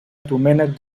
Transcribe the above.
domènec